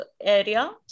area